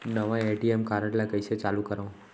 नवा ATM card ल कइसे चालू करव?